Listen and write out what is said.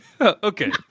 Okay